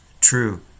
true